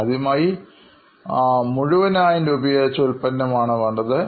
ആദ്യമായി ഒരു മുഴുവനായി രൂപീകരിച്ച ഉൽപന്നമാണ് വേണ്ടത്